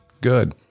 Good